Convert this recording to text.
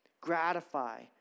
Gratify